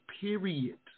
period